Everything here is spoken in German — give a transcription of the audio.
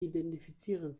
identifizieren